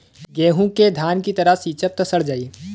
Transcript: गेंहू के धान की तरह सींचब त सड़ जाई